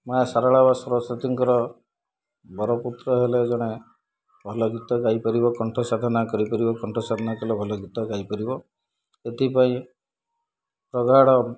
ମା ସାରଳା ସରସ୍ଵତୀଙ୍କର ବରପୁତ୍ର ହେଲେ ଜଣେ ଭଲ ଗୀତ ଗାଇପାରିବ କଣ୍ଠ ସାଧନା କରିପାରିବ କଣ୍ଠ ସାଧନା କଲେ ଭଲ ଗୀତ ଗାଇପାରିବ ଏଥିପାଇଁ ପ୍ରଗାଢ଼